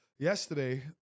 Yesterday